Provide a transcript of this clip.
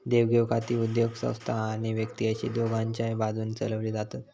देवघेव खाती उद्योगसंस्था आणि व्यक्ती अशी दोघांच्याय बाजून चलवली जातत